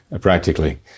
practically